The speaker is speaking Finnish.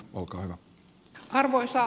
arvoisa puhemies